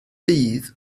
bydd